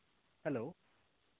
hello